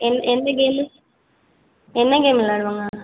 என் எந்த கேமு என்ன கேம் விளையாடுவாங்க